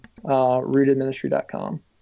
RootedMinistry.com